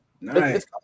nice